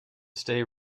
stay